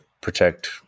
protect